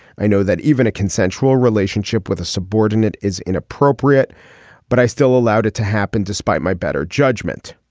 i know that even a consensual relationship with a subordinate is inappropriate but i still allowed it to happen despite my better judgment